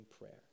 prayer